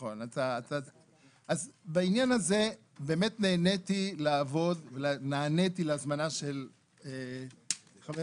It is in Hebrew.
אז בעניין הזה באמת נעניתי להזמנה של חבר